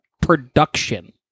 production